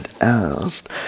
asked